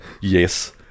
yes